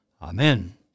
Amen